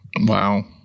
Wow